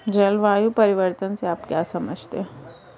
जलवायु परिवर्तन से आप क्या समझते हैं?